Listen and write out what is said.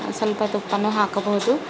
ಸ್ವಲ್ಪ ತುಪ್ಪವನ್ನು ಹಾಕಬಹುದು